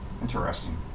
Interesting